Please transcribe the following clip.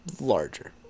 larger